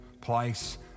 place